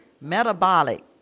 metabolic